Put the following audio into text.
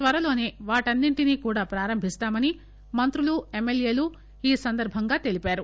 త్వరలోనే వాటన్నింటిని కూడా ప్రారంభిస్తామని మంత్రులు ఎమ్మెల్యేలు ఈ సందర్బంగా తెలిపారు